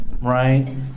right